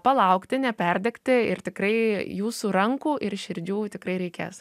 palaukti neperdegti ir tikrai jūsų rankų ir širdžių tikrai reikės